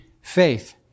faith